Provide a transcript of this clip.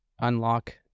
unlock